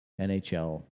NHL